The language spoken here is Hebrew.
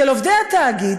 של עובדי התאגיד,